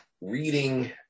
reading